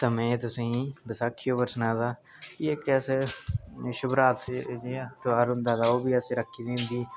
हून में तुसें गी बसाखी बारै सना दा ता एह् इक ऐसी शिवरात्री जि'यां ध्यार होंदा ते ओह् बी असें रक्खी दी हुंदी